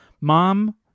mom